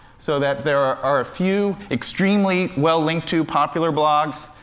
so that there are are a few extremely well-linked to, popular blogs,